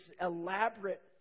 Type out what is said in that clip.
elaborate